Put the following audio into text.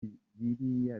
biriya